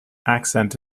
accent